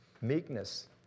meekness